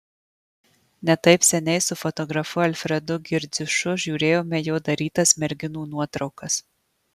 ne taip seniai su fotografu alfredu girdziušu žiūrėjome jo darytas merginų nuotraukas